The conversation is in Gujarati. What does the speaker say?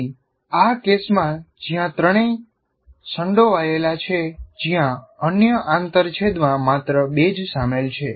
અહીં આ કેસમાં જ્યાં ત્રણેય સંડોવાયેલા છે જ્યાં અન્ય આંતરછેદમાં માત્ર બે જ સામેલ છે